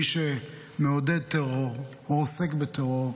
מי שמעודד טרור או עוסק בטרור,